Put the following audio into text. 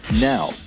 Now